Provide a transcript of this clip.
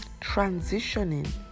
transitioning